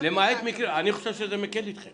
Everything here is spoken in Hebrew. אני חושב שזה מיקד אתכם.